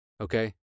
Okay